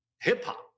hip-hop